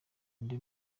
inde